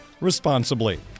responsibly